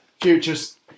Future's